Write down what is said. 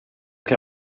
che